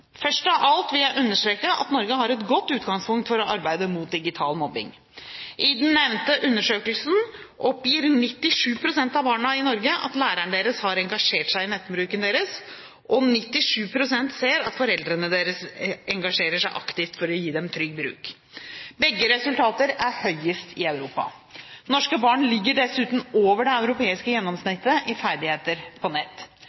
Først av alt vil jeg understreke at Norge har et godt utgangspunkt for å arbeide mot digital mobbing. I den nevnte undersøkelsen, «EU Kids Online II», oppgir 97 pst. av barna i Norge at læreren har engasjert seg i nettbruken deres, og 97 pst. sier at foreldrene engasjerer seg aktivt for å gi dem en trygg bruk. Begge resultater er høyest i Europa. Norske barn ligger dessuten over det europeiske